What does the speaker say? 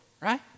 Right